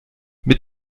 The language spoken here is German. mit